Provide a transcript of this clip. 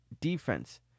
defense